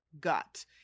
gut